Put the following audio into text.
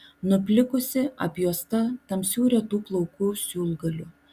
nuplikusi apjuosta tamsių retų plaukų siūlgalių